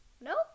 Nope